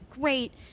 great